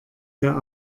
der